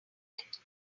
movement